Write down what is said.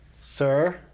Sir